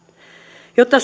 jotta